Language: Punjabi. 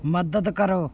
ਮਦਦ ਕਰੋ